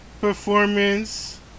Performance